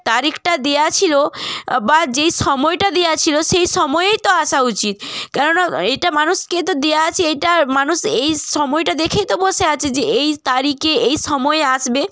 তারিখটা দেয়া ছিলো বা যেই সময়টা দেয়া ছিলো সেই সময়েই তো আসা উচিত কেননা এটা মানুষকে তো দেয়া আছে এটা মানুষ এই সময়টা দেখেই তো বসে আছে যে এই তারিকে এই সময়ে আসবে